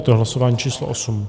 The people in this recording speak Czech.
Je to hlasování číslo 8.